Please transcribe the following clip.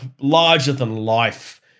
larger-than-life